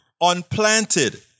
unplanted